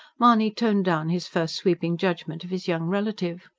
mahony toned down his first sweeping judgment of his young relative.